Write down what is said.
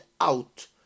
out